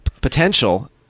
potential –